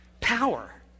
Power